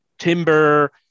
timber